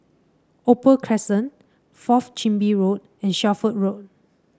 Opal Crescent Fourth Chin Bee Road and Shelford Road